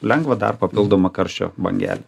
lengvą dar papildomą karščio bangelę